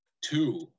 two